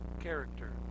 character